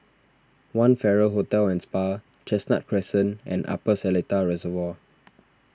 one Farrer Hotel and Spa Chestnut Crescent and Upper Seletar Reservoir